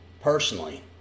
personally